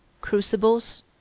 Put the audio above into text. crucibles